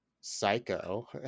psycho